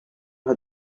had